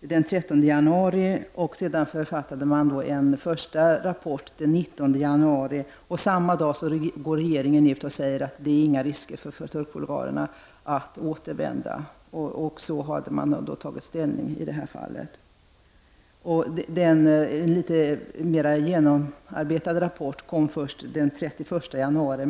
den 13 januari, och man författade en första rapport den 19 januari. Samma dag gick regeringen ut och sade att det inte innebar några risker för turkbulgarerna att återvända. I och med detta hade man tagit ställning i denna fråga. Den litet mer genomarbetade rapporten kom först den 30 januari.